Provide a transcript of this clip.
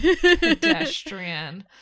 pedestrian